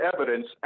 evidence